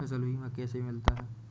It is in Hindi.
फसल बीमा कैसे मिलता है?